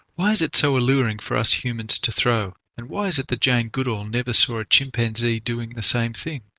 why is it so alluring for us humans to throw, and why is it that jane goodall never saw a chimpanzee doing the same thing?